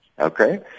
Okay